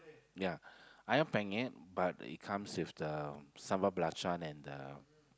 ya ayam-penyet but it comes with the sambal balacan and the